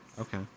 Okay